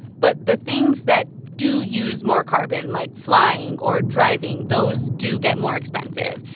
but the things that do use more carbon, like flying or driving, those do get more expensive,